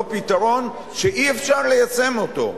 לא פתרון שאי-אפשר ליישם אותו.